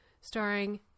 starring